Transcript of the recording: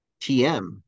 TM